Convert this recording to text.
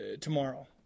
tomorrow